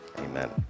amen